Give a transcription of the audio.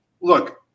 look